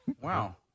Wow